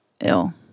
ill